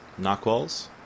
knockwalls